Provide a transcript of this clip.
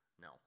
No